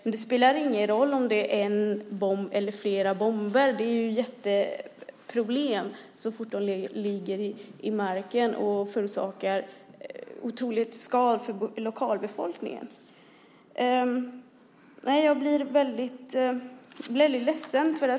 Men det spelar ingen roll om det är en bomb eller flera bomber - det är jätteproblem så fort de ligger i marken, och de förorsakar otroliga skador för lokalbefolkningen. Jag blir väldigt ledsen.